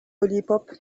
lollipop